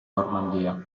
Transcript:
normandia